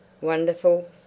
wonderful